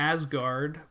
Asgard